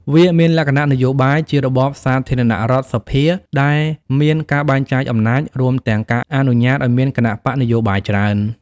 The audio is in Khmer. វាមានលក្ខណៈនយោបាយ ជារបបសាធារណរដ្ឋសភា ដែលមានការបែងចែកអំណាច រួមទាំងការអនុញ្ញាតឱ្យមានគណបក្សនយោបាយច្រើន។